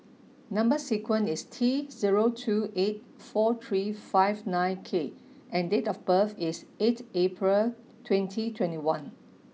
number sequence is T zero two eight four three five nine K and date of birth is eighth April twenty twenty one